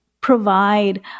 provide